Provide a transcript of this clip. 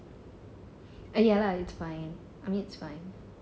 ah ya lah it's fine I mean it's fine